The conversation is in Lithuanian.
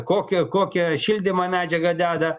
koki kokią šildymo medžiagą deda